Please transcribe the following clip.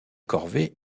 corvées